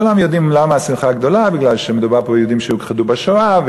וכולם יודעים למה השמחה גדולה: בגלל שמדובר פה ביהודים שהוכחדו בשואה,